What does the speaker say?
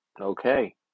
Okay